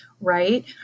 right